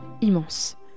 immense